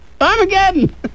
Armageddon